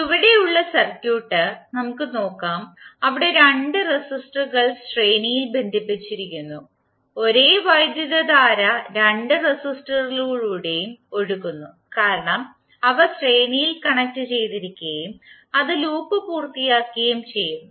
ചുവടെയുള്ള സർക്യൂട്ട് നമുക്ക് നോക്കാം അവിടെ രണ്ട് റെസിസ്റ്ററുകൾ ശ്രേണിയിൽ ബന്ധിപ്പിച്ചിരിക്കുന്നു ഒരേ വൈദ്യുതധാര രണ്ട് റെസിസ്റ്ററുകളിലൂടെയും ഒഴുകുന്നു കാരണം അവ ശ്രേണിയിൽ കണക്റ്റുചെയ്തിരിക്കുകയും അത് ലൂപ്പ് പൂർത്തിയാക്കുകയും ചെയ്യുന്നു